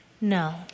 No